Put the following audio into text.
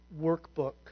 workbook